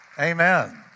Amen